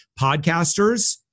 Podcasters